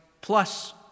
plus